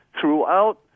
throughout